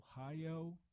Ohio